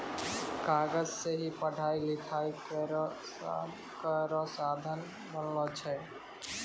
कागज सें ही पढ़ाई लिखाई केरो साधन बनलो छै